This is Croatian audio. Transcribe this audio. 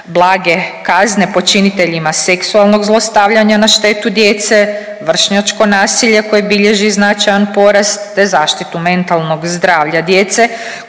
blage kazne počiniteljima seksualnog zlostavljanja na štetu djece, vršnjačko nasilje koje bilježi značajan porast, te zaštitu mentalnog zdravlja djece